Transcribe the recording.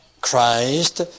Christ